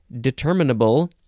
determinable